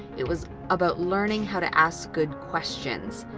it was about learning how to ask good questions.